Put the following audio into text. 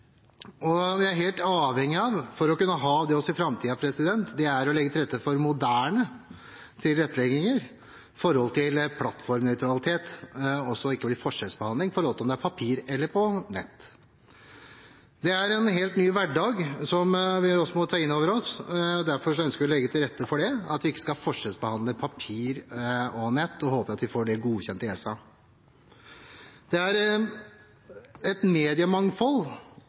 kneblet. Vi er helt avhengige av å ha en uavhengig presse, og for å kunne ha det også i framtiden er vi helt avhengige av moderne tilrettelegginger for plattformnøytralitet og hindre forskjellsbehandling mellom papir og nett. Det er en helt ny hverdag vi må ta inn over oss. Derfor ønsker vi å legge til rette for at vi ikke skal forskjellsbehandle papir og nett, og håper at vi får det godkjent i ESA. Det er et mediemangfold.